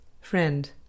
Friend